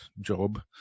job